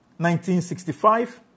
1965